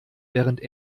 während